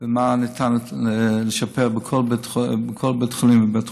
ומה ניתן לשפר בכל בית חולים ובית חולים.